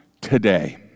today